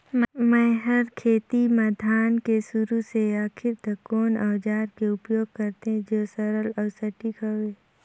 मै हर खेती म धान के शुरू से आखिरी तक कोन औजार के उपयोग करते जो सरल अउ सटीक हवे?